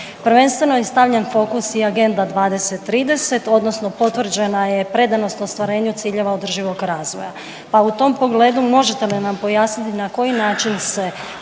Prvenstveno je stavljen fokus i Agenda 20-30 odnosno potvrđena je predanost ostvarenju ciljeva održivog razvoja, pa u tom pogledu možete li nam pojasniti na koji način se